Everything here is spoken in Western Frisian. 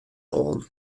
oan